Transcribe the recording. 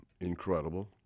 incredible